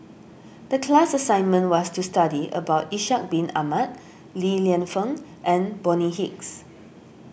the class assignment was to study about Ishak Bin Ahmad Li Lienfung and Bonny Hicks